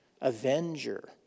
avenger